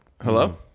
Hello